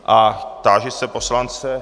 A táži se poslance...